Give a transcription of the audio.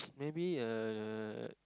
maybe uh